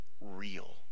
real